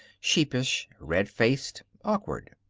sheepish, red-faced, awkward.